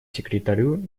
секретарю